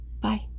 Bye